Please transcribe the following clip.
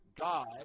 God